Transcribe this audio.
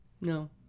No